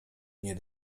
nie